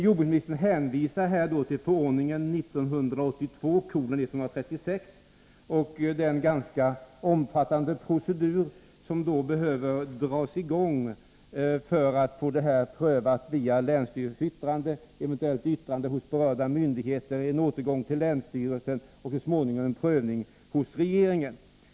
Jordbruksministern hänvisar till förordningen 1982:136 och till den ganska omfattande procedur som skulle behöva dras i gång för att få saken prövad — länsstyrelsens yttrande, eventuellt yttrande från berörda myndigheter, en återgång till länsstyrelsen och så småningom en prövning hos regeringen.